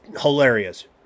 hilarious